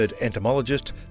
entomologist